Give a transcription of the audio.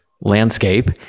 Landscape